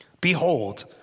Behold